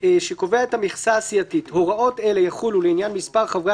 שקובע את המכסה הסיעתית: ד)הוראות אלה יחולו לעניין מספר חברי